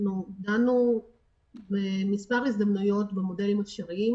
אנחנו דנו במספר הזדמנויות במודלים אפשריים,